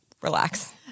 Relax